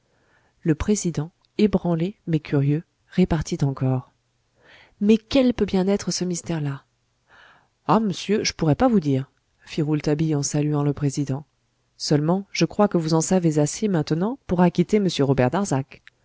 le président ébranlé mais curieux répartit encore mais quel peut bien être ce mystère là ah m'sieur j'pourrais pas vous dire fit rouletabille en saluant le président seulement je crois que vous en savez assez maintenant pour acquitter m robert darzac